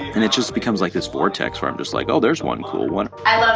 and it just becomes, like, this vortex where i'm just like, oh, there's one cool one i